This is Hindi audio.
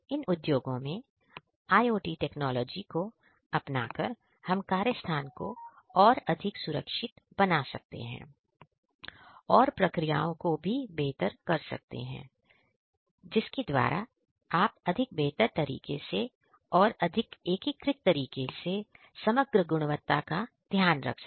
इन उद्योगों में IOT टेक्नोलॉजी को अपनाकर हम कार्यस्थान को और अधिक सुरक्षित बना सकते हैं और प्रक्रियाओं को भी बेहतर कर सकते हैं जिसके द्वारा आप अधिक बेहतर तरीके से और अधिक एकीकृत तरीके से समग्र गुणवत्ता का ध्यान रख सके